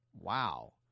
Wow